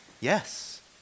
Yes